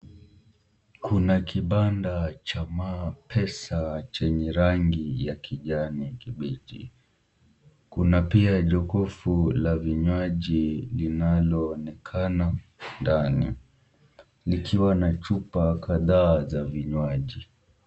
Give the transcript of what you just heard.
Kuna kibanda cha pesa chenye rangi ya kijani kibichi. Kuna pia jokovu la vinywaji linaloonekana ndani likiwa na chupa kadhaa za vinywaji.